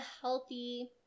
healthy